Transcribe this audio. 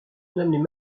nomment